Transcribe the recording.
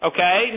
Okay